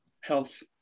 health